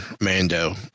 Mando